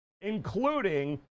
including